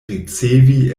ricevi